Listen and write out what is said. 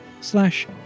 slash